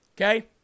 Okay